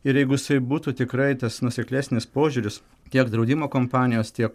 ir jeigu jisai būtų tikrai tas nuoseklesnis požiūris tiek draudimo kompanijos tiek